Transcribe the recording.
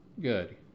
Good